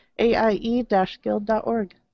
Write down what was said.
aie-guild.org